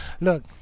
Look